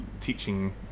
teaching